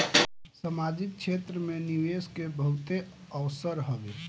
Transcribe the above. सामाजिक क्षेत्र में निवेश के बहुते अवसर हवे